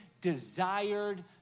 desired